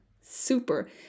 super